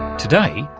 today,